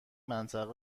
منطقه